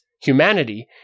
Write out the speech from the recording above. humanity